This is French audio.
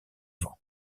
vents